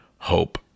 hope